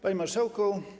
Panie Marszałku!